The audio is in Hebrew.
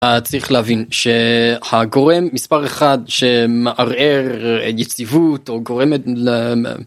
צריך להבין שהגורם מספר אחד שמערער את יציבות או גורמת.